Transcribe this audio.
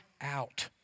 out